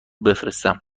بفرستم